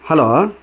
hello